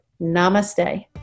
Namaste